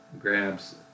grabs